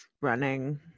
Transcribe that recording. running